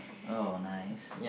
oh nice